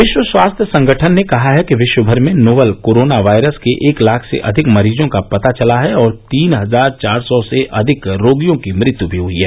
विश्व स्वास्थ्य संगठन ने कहा है कि विश्व भर में नोवल कोरोना वायरस के एक लाख से अधिक मरीजों का पता चला है और तीन हजार चार सौ से अधिक रोगियों की मुत्य भी हई है